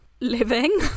living